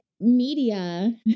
media